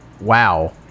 wow